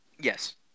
Yes